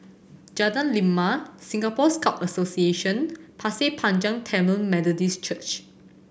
Jalan Lima Singapore Scout Association Pasir Panjang Tamil Methodist Church